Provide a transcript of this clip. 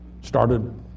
Started